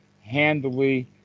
handily